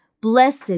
Blessed